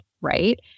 right